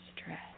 stress